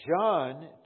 John